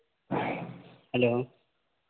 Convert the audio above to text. hello